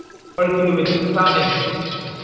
per ꯀꯤꯂꯣꯃꯤꯇꯔꯗ ꯆꯥꯝ ꯌꯥꯡꯈꯩ